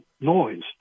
noise